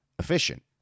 efficient